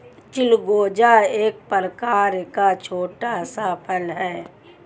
चिलगोजा एक प्रकार का छोटा सा फल है